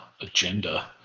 agenda